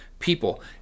People